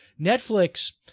Netflix